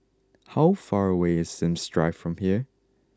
how far away is Sims Drive from here